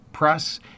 press